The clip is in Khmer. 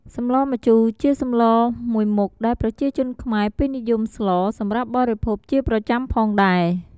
សម្លម្ជូរ ជាសម្លមួយមុខដែលប្រជាជនខ្មែរពេញនិយមស្លសម្រាប់បរិភោគជាប្រចាំផងដែរ។